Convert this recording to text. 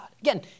Again